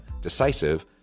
decisive